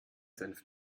senf